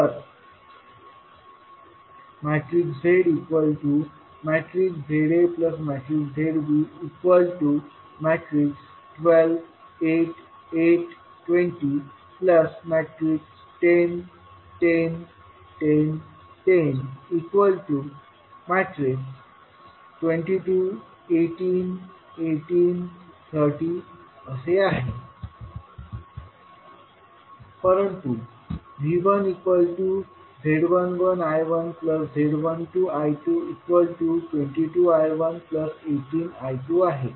तर zzazb12 8 8 20 10 10 10 10 22 18 18 30 आहे